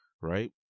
right